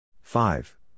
five